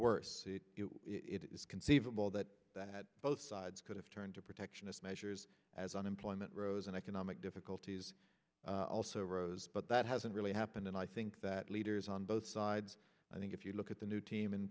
worse it is conceivable that that both sides could have turned to protectionist measures as unemployment rose and economic difficulties also rose but that hasn't really happened and i think that leaders on both sides i think if you look at the new team in